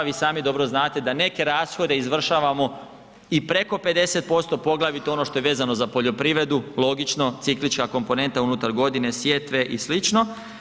Vi sami dobro znate da neke rashode izvršavamo i preko 50%, poglavito on što je vezano za poljoprivredu, logično, ciklička komponenta unutar godine, sjetve i slično.